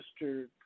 Mr